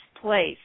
place